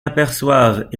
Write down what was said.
aperçoivent